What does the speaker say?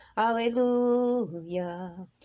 Hallelujah